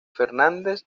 fernández